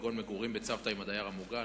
כגון מגורים בצוותא עם הדייר המוגן,